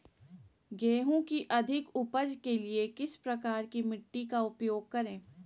गेंहू की अधिक उपज के लिए किस प्रकार की मिट्टी का उपयोग करे?